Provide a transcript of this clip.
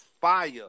fire